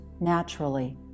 naturally